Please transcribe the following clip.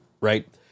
right